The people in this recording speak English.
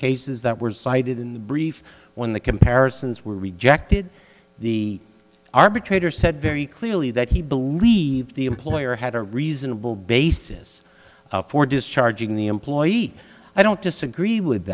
cases that were cited in the brief when the comparisons were rejected the arbitrator said very clearly that he believed the employer had a reasonable basis for discharging the employee i don't disagree with